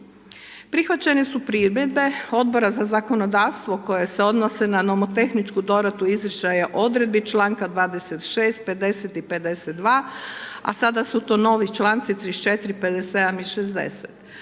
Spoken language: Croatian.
Prihvaćene su primjedbe Odbora za zakonodavstvo koje se odnose na nomotehničku doradu izričaja odredbi članka 26., 50. i 52. a sada su to novi članci 34., 57. i 60.